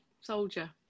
soldier